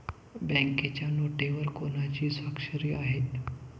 बँकेच्या नोटेवर कोणाची स्वाक्षरी आहे?